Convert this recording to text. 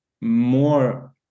more